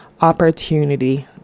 opportunity